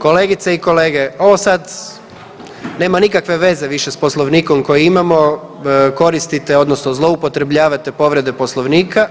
Kolegice i kolege, ovo sad nema nikakve veze više s Poslovnikom koji imamo, koristite odnosno zloupotrebljavate povrede Poslovnika